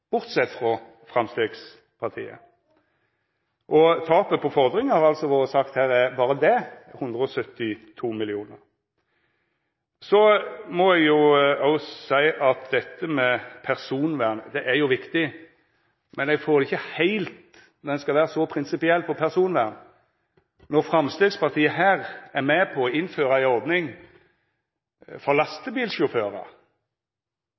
frå Framstegspartiet. Berre tapet på fordringar, har det vore sagt her, er på 172 mill. kr. Så må eg òg seia at personvern er viktig, men når ein skal vera så prinsipiell på personvern, får eg det ikkje heilt til å stemma når Framstegspartiet her er med på å innføra ei ordning for